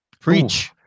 Preach